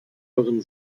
euren